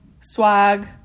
swag